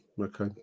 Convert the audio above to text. okay